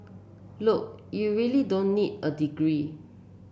look you really don't need a degree